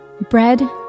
Bread